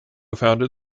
founded